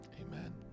Amen